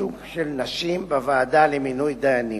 ייצוג של נשים בוועדה למינוי דיינים.